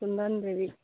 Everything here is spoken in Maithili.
कुन्दन देबी